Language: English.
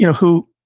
you know who,